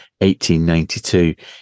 1892